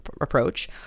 approach